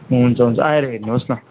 हुन्छ हुन्छ आएर हेर्नुहोस न